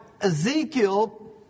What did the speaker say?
Ezekiel